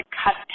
cut